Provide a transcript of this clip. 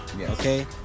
Okay